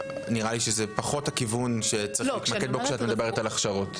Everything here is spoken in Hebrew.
אז נראה לי שזה פחות הכיוון שצריך להתמקד בו כשאת מדברת על הכשרות.